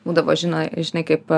būdavo žino žinai kaip